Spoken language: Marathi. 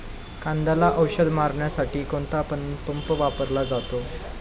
कांद्याला औषध मारण्यासाठी कोणता पंप वापरला जातो?